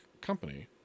company